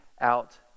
out